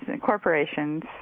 corporations